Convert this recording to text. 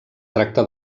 tracta